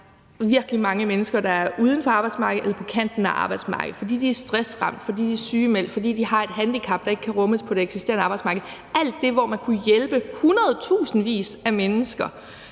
der virkelig er mange mennesker, der er uden for arbejdsmarkedet eller på kanten af arbejdsmarkedet, fordi de er stressramte, fordi de er sygemeldte, eller fordi de har et handicap, der ikke kan rummes på det eksisterende arbejdsmarked – alt det, hvor man kunne hjælpe hundredtusindvis af mennesker